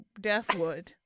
Deathwood